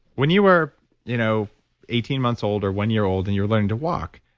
when you were you know eighteen months old or one year old and you were learning to walk,